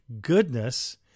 goodness